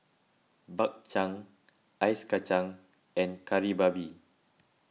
Bak Chang Ice Kacang and Kari Babi